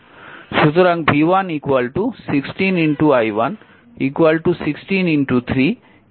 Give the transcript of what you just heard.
সুতরাং v1 16 i1 16 3 48 volt